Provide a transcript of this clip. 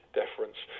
deference